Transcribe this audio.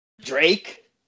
Drake